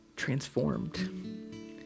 transformed